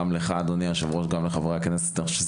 גם לך אדוני היושב ראש וגם לחברי הכנסת על קיום הדיון הזה.